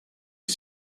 les